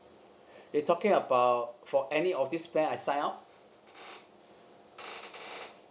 you talking about for any of this plan I sign up